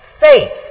faith